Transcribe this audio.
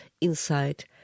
inside